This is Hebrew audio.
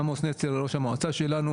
עמוס נצר ראש המועצה שלנו,